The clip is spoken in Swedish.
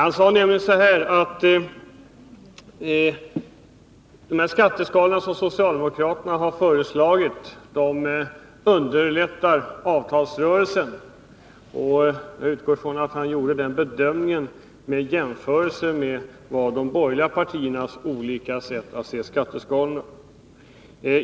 Han sade att skatteskalorna som socialdemokraterna har föreslagit underlättar avtalsrörelsen. Jag utgår ifrån att han gjorde den bedömningen vid en jämförelse med de borgerliga partiernas syn på skatteskalorna.